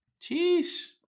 Jeez